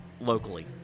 locally